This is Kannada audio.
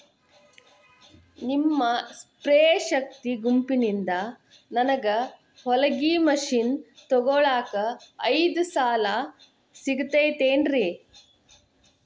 ನಿಮ್ಮ ಸ್ತ್ರೇ ಶಕ್ತಿ ಗುಂಪಿನಿಂದ ನನಗ ಹೊಲಗಿ ಮಷೇನ್ ತೊಗೋಳಾಕ್ ಐದು ಸಾಲ ಸಿಗತೈತೇನ್ರಿ?